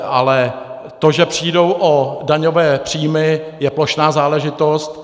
Ale to, že přijdou o daňové příjmy, je plošná záležitost.